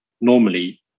normally